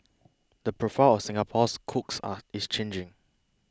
the profile of Singapore's cooks are is changing